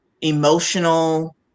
emotional